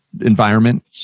environment